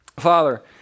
Father